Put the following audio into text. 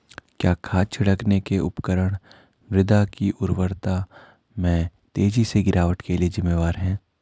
क्या खाद छिड़कने के उपकरण मृदा की उर्वरता में तेजी से गिरावट के लिए जिम्मेवार हैं?